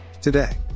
today